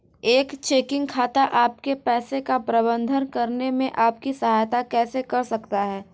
एक चेकिंग खाता आपके पैसे का प्रबंधन करने में आपकी सहायता कैसे कर सकता है?